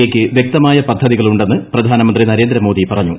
എയ്ക്ക് വൃക്തമായ പദ്ധതികളുണ്ടെന്ന് പ്രധാനമന്ത്രി നരേന്ദ്രമോദി പറഞ്ഞു